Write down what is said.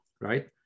right